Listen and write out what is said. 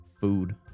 food